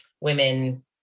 women